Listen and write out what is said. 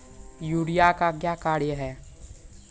Urea का क्या कार्य हैं?